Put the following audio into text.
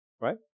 right